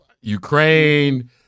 Ukraine